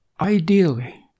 ideally